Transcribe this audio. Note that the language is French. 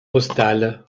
postales